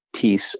piece